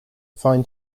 fine